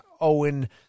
Owen